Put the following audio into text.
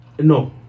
No